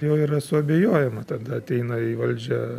juo yra suabejojama tada ateina į valdžią